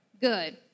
Good